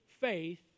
faith